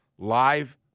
Live